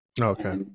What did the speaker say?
Okay